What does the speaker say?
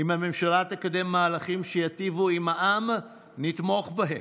אם הממשלה תקדם מהלכים שייטיבו עם העם, נתמוך בהם,